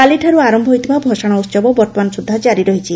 କାଲିଠାରୁ ଆର ହୋଇଥିବା ଭସାଣ ଉହବ ବର୍ଉମାନ ସୁଦ୍ଧା ଜାରି ରହିଛି